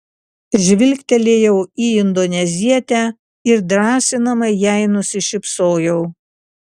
žvilgtelėjau į indonezietę ir drąsinamai jai nusišypsojau